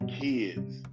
kids